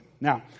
Now